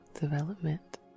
development